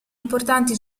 importanti